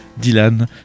Dylan